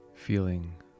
feeling